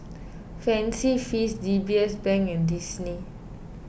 Fancy Feast D B S Bank and Disney